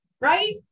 right